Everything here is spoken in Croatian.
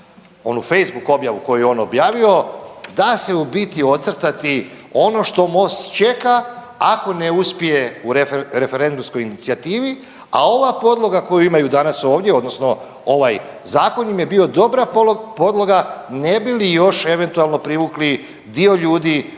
onu Facebook objavu koju je on objavio, da se u biti ocrtati ono što Most čeka ako ne uspije u referendumskoj inicijativi, a ova podloga koju imaju danas ovdje, odnosno ovaj Zakon im je bio dobra podloga ne bi li još eventualno privukli dio ljudi